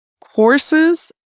Courses